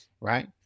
right